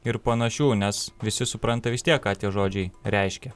ir panašių nes visi supranta vis tiek ką tie žodžiai reiškia